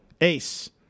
Ace